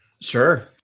Sure